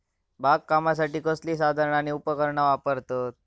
बागकामासाठी कसली साधना आणि उपकरणा वापरतत?